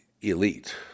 elite